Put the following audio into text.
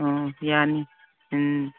ꯎꯝ ꯌꯥꯅꯤ ꯎꯝ